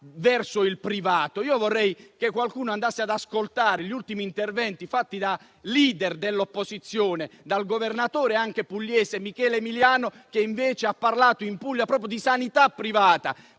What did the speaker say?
verso il privato. Vorrei che qualcuno andasse ad ascoltare gli ultimi interventi fatti da *leader* dell'opposizione, anche dal Governatore pugliese, Michele Emiliano, che invece ha parlato proprio di sanità privata